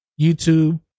YouTube